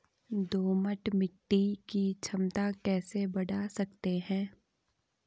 दोमट मिट्टी की क्षमता कैसे बड़ा सकते हैं?